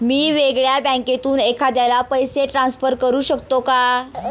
मी वेगळ्या बँकेतून एखाद्याला पैसे ट्रान्सफर करू शकतो का?